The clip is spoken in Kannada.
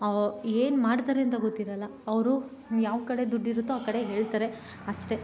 ಅವು ಏನು ಮಾಡ್ತಾರೆ ಅಂತ ಗೊತ್ತಿರೋಲ್ಲ ಅವರು ಯಾವ ಕಡೆ ದುಡ್ಡು ಇರುತ್ತೋ ಆ ಕಡೆ ಹೇಳ್ತಾರೆ ಅಷ್ಟೇ